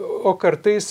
o kartais